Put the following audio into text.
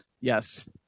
yes